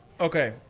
Okay